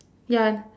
ya